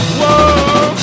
whoa